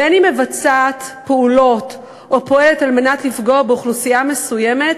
ואין היא מבצעת פעולות או פועלת על מנת לפגוע באוכלוסייה מסוימת,